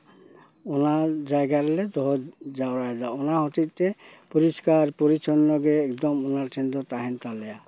ᱚᱱᱟ ᱡᱟᱭᱜᱟ ᱨᱮᱞᱮ ᱫᱚᱦᱚ ᱡᱟᱣᱨᱟᱭᱫᱟ ᱚᱱᱟ ᱦᱚᱛᱮᱡ ᱛᱮ ᱯᱚᱨᱤᱥᱠᱟᱨ ᱯᱚᱨᱤᱪᱷᱚᱱᱱᱚ ᱜᱮ ᱮᱠᱫᱚᱢ ᱚᱱᱟ ᱴᱷᱮᱱ ᱫᱚ ᱛᱟᱦᱮᱱ ᱛᱟᱞᱮᱭᱟ